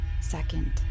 second